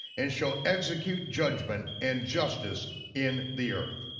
and shall execute judgment and justice in the earth.